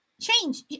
change